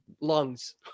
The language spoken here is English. lungs